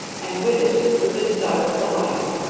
and with it grew the desire for life.